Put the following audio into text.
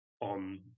on